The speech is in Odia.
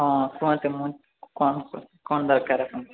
ହଁ କୁହନ୍ତୁ ମୁଁ କ'ଣ ଦରକାର ଆପଣଙ୍କର